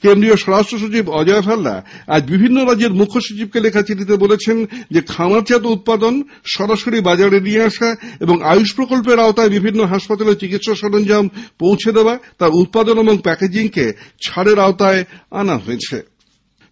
কেন্দ্রীয় স্বরাষ্ট্রসচিব অজয় ভাল্লা আজ বিভিন্ন রাজ্যের মুখ্যমসচিবকে লেখা চিঠিতে বলেছেন খামারজাত উৎপাদন সরাসরি বাজারে নিয়ে আসা এবং আয়ুষ প্রকল্পের আওতায় বিভিন্ন হাসপাতালে চিকিৎসা সরঞ্জাম পৌঁছে দেওয়া তার উৎপাদন ও প্যাকেজিং কে ছাড়ের আওতায় নিয়ে আসা হয়েছে